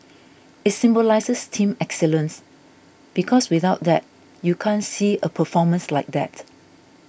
it symbolises team excellence because without that you can't see a performance like that